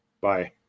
Bye